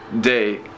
day